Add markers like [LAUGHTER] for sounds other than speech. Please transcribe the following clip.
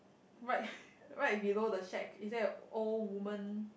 right [LAUGHS] right below the shack is there a old woman